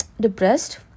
depressed